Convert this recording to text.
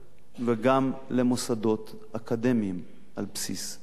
וגם למוסדות אקדמיים על בסיס מיקומם.